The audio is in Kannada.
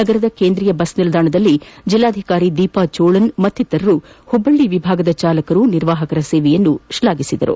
ನಗರದ ಕೇಂದ್ರೀಯ ಬಸ್ ನಿಲ್ದಾಣದಲ್ಲಿ ಜಿಲ್ಲಾಧಿಕಾರಿ ದೀಪಾ ಜೋಳನ್ ಮತ್ತಿತರರು ಹುಬ್ಬಳ್ಳಿ ವಿಭಾಗದ ಚಾಲಕರು ಹಾಗೂ ನಿರ್ವಾಹಕರ ಸೇವೆಯನ್ನು ಶ್ಲಾಘಿಸಿದರು